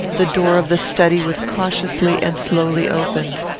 the door of the study was cautiously and slowly opened.